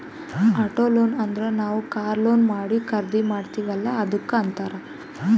auto loan ಅಂದುರ್ ನಾವ್ car loan ಮಾಡಿ ಖರ್ದಿ ಮಾಡ್ತಿವಿ ಅಲ್ಲಾ ಅದ್ದುಕ್ ಅಂತ್ತಾರ್